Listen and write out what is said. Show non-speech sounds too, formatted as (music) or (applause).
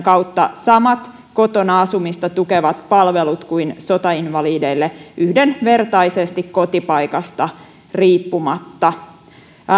(unintelligible) kautta samat kotona asumista tukevat palvelut kuin sotainvalideille yhdenvertaisesti kotipaikasta riippumatta